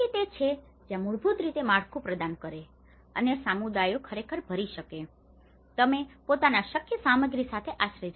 c તેથી તે તે છે જ્યાં મૂળભૂત રીતે તે માળખું પ્રદાન કરે છે અને સમુદાયો ખરેખર ભરી શકે છે કે તમે તેમના પોતાના શક્ય સામગ્રી સાથે આશ્રય જાણો છો